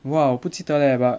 !wah! 我不记得 leh but